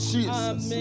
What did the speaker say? Jesus